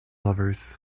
lovers